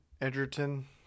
Edgerton